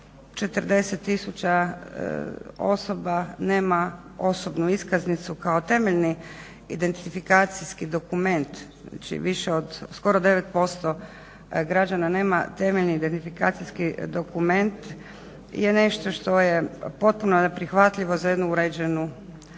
340000 osoba nema osobnu iskaznicu kao temeljni identifikacijski dokument. Znači, više od skoro 9% građana nema temeljni identifikacijski dokument je nešto što je potpuno neprihvatljivo za jednu uređenu državu.